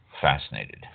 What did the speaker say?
fascinated